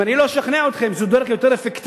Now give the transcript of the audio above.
אם אני לא אשכנע אתכם שזו דרך יותר אפקטיבית,